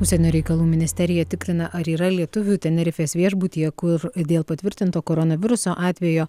užsienio reikalų ministerija tikrina ar yra lietuvių tenerifės viešbutyje kur dėl patvirtinto koronaviruso atvejo